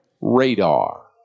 Radar